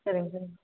சரிங்க சார்